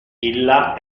illa